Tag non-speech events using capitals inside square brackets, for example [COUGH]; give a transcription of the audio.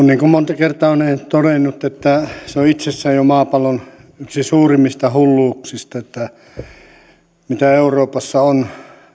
[UNINTELLIGIBLE] niin kuin monta kertaa olen todennut jo itsessään maapallon yksi suurimmista hulluuksista mitä euroopassa on